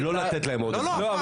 לא לתת להם עוד הצבעה.